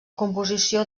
composició